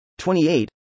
28